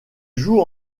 joue